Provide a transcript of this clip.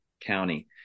county